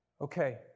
okay